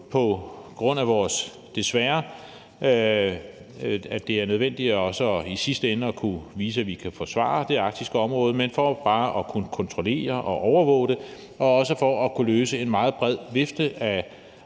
på grund af at det desværre er nødvendigt i sidste ende at kunne vise, at vi kan forsvare det arktiske område, men også bare for at kunne kontrollere og overvåge det og for at kunne løse en meget bred vifte af